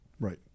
Right